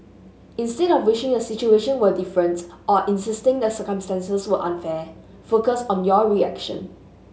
instead of wishing a situation were different or insisting the circumstances were unfair focus on your reaction